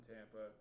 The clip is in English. Tampa